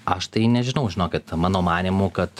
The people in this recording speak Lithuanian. aš tai nežinau žinokit mano manymu kad